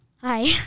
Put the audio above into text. Hi